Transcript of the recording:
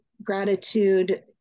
Gratitude